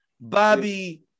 Bobby